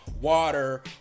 water